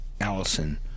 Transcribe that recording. allison